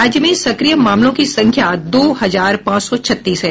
राज्य में सक्रिय मामलों की संख्या दो हजार पांच सौ छत्तीस है